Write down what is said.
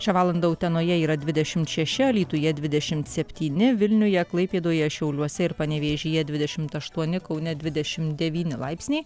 šią valandą utenoje yra dvidešimt šeši alytuje dvidešimt septyni vilniuje klaipėdoje šiauliuose ir panevėžyje dvidešimt aštuoni kaune dvidešimt devyni laipsniai